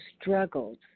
struggled